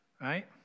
right